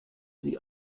sie